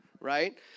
right